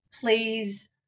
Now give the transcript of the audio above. please